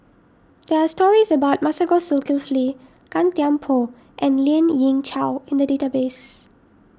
there are stories about Masagos Zulkifli Gan Thiam Poh and Lien Ying Chow in the database